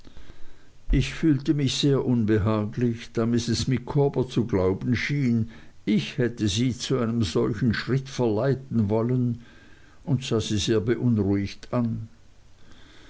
ich fühlte mich sehr unbehaglich da mrs micawber zu glauben schien ich hätte sie zu einem solchen schritt verleiten wollen und sah sie sehr beunruhigt an